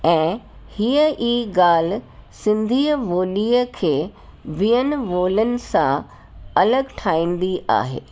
ऐं हीअ ई ॻाल्हि सिंधीअ ॿोलीअ खे ॿियनि ॿोलियुनि सां अलॻि ठाहींदी आहे